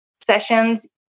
sessions